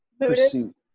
Pursuit